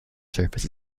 surfaces